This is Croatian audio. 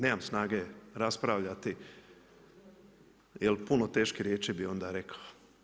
Nemam snage raspravljati jer puno teških riječi bih onda rekao.